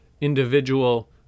individual